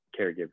caregiver